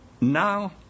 now